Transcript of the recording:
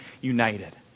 united